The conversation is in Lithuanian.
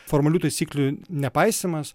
formalių taisyklių nepaisymas